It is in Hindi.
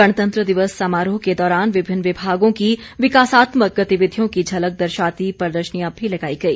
गणतंत्र दिवस समारोह के दौरान विभिन्न विभागों की विकासात्मक गतिविधियों की झलक दर्शाती प्रर्दशनियां भी लगाई गई